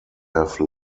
have